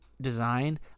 design